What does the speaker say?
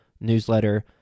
newsletter